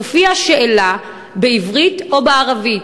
תופיע שאלה בעברית או בערבית.